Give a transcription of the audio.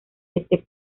desde